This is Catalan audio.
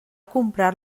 comprar